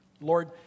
Lord